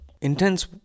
intense